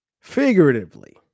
figuratively